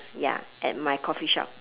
ya at my coffee shop